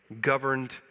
governed